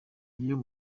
iyo